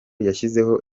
yashyizeho